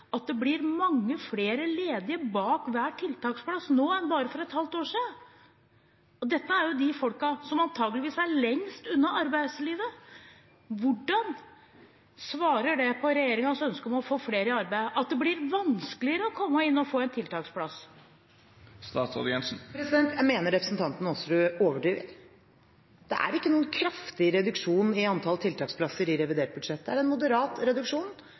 at det blir mange flere ledige bak hver tiltaksplass nå enn bare for et halvt år siden, og dette er de menneskene som antakeligvis er lengst unna arbeidslivet. Hvordan svarer det på regjeringens ønske om å få flere i arbeid at det blir vanskeligere å komme inn og få en tiltaksplass? Jeg mener representanten Aasrud overdriver. Det er ingen kraftig reduksjon i antall tiltaksplasser i revidert budsjett. Det er en moderat reduksjon